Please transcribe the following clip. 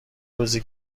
روزه